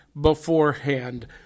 beforehand